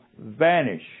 vanish